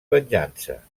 venjança